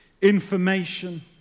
information